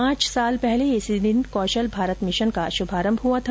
पांच वर्ष पहले इसी दिन कौशल भारत मिशन का शुभारंभ हुआ था